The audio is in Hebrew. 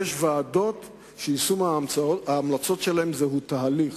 יש ועדות שיישום ההמלצות שלהן הוא תהליך,